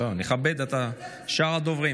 לכבד את שאר הדוברים.